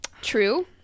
True